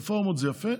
רפורמות, זה יפה